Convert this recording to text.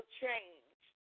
change